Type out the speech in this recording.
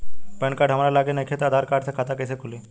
Pan card हमरा लगे नईखे त आधार कार्ड से खाता कैसे खुली?